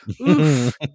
Oof